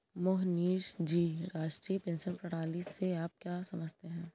मोहनीश जी, राष्ट्रीय पेंशन प्रणाली से आप क्या समझते है?